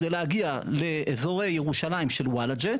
כדי להגיע לאזורי ירושלים של וולאג'ה,